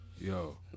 Yo